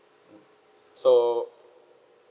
so